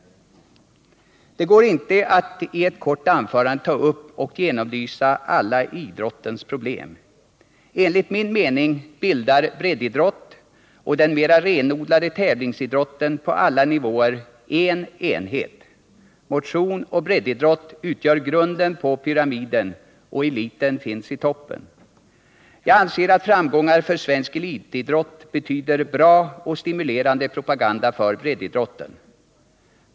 Det går inte i ett kort anförande att ta upp och genomlysa idrottens alla problem. Enligt min mening bildar breddidrott och den mera renodlade tävlingsidrotten på alla nivåer en enhet. Motion och breddidrott utgör grunden på pyramiden, och eliten finns i toppen. Jag anser att framgångar för svensk elitidrott betyder bra och stimulerande propaganda för breddidrotten.